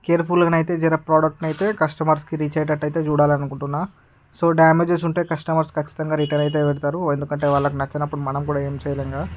కేర్ఫుల్గా అయితే జర ప్రొడక్టును అయితే కస్టమర్సుకి రీచ్ అయ్యేటట్టు అయితే చూడాలనుకుంటున్న సో డెమెజస్ ఉంటే కస్టమర్సు ఖచ్చితంగా రిటర్న్ అయితే పెడతారు ఎందుకంటే వాళ్లకి నచ్చనప్పుడు మనం కూడా ఏమి చేయలేం కదా